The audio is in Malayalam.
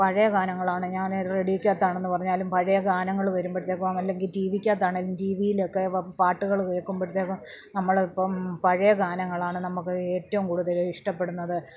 പഴയ ഗാനങ്ങളാണ് ഞാന് റേഡിയോയ്ക്ക് അകത്താണെന്ന് പറഞ്ഞാലും പഴയ ഗാനങ്ങള് വരുമ്പോഴത്തേക്കും അല്ലെങ്കിൽ ടിവിക്കകത്ത് ആണേലും ടിവിയിലൊക്കെ പാട്ടുകള് കേൾക്കുമ്പോഴത്തേക്കും നമ്മള് ഇപ്പം പഴയ ഗാനങ്ങളാണ് നമുക്ക് ഏറ്റവും കൂടുതല് ഇഷ്ടപ്പെടുന്നത്